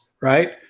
right